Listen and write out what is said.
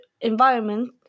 environment